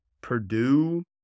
Purdue